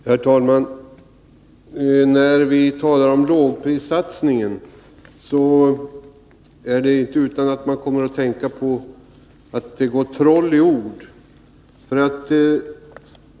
Herr talman! När vi talar om lågprissatsningen, är det inte utan att man kommer att tänka på att det går troll i ord.